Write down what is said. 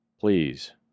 please